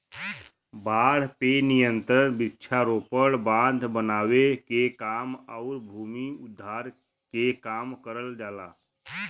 बाढ़ पे नियंत्रण वृक्षारोपण, बांध बनावे के काम आउर भूमि उद्धार के काम करल जाला